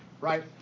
right